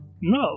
No